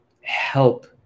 help